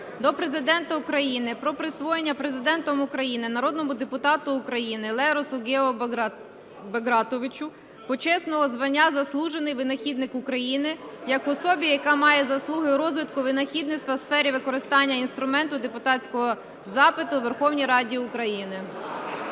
до Президента України про присвоєння Президентом України народному депутату України Леросу Гео Багратовичу почесного звання "Заслужений винахідник України" як особі, яка має заслуги у розвитку винахідництва в сфері використання інструменту депутатського запиту у Верховній Раді України.